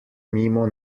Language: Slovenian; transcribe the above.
mimo